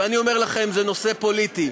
ואני אומר לכם, זה נושא פוליטי.